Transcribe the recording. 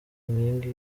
inkingi